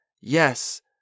Yes